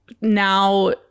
now